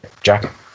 jack